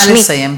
נא לסיים.